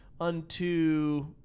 unto